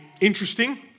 interesting